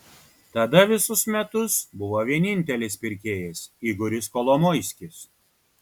tada visus metus buvo vienintelis pirkėjas igoris kolomoiskis